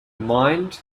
mind